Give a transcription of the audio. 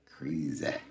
Crazy